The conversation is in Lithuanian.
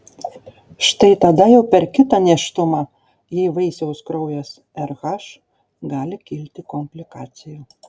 štai tada jau per kitą nėštumą jei vaisiaus kraujas rh gali kilti komplikacijų